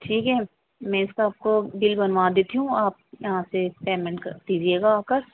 ٹھیک ہے میں اس کا آپ کو بل بنوا دیتی ہوں آپ یہاں سے پیمنٹ کر دیجیے گا آ کر